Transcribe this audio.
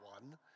one